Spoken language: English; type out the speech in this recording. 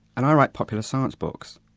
and i write popular science books.